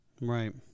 Right